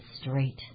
straight